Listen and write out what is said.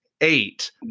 eight